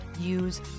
use